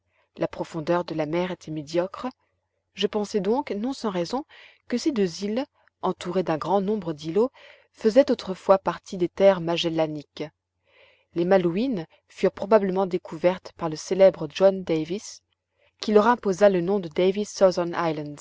la profondeur de la mer était médiocre je pensai donc non sans raison que ces deux îles entourées d'un grand nombre d'îlots faisaient autrefois partie des terres magellaniques les malouines furent probablement découvertes par le célèbre john davis qui leur imposa le nom de